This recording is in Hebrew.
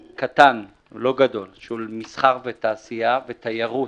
קטן, לא גדול, של מסחר ותעשייה ותיירות.